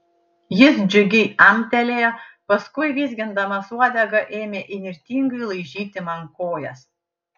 jis džiugiai amtelėjo paskui vizgindamas uodegą ėmė įnirtingai laižyti man kojas